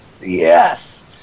Yes